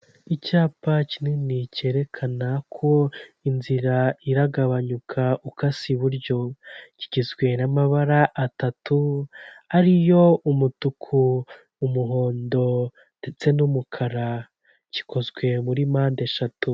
Icyapa kinini kerekana ko inzira iragabanyuka ukase iburyo, kigiswe n'amabara atatu ari yo umutuku, umuhondo ndetse n'umukara, gikozwe muri mpande eshatu.